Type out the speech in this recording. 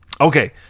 Okay